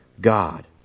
God